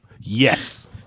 Yes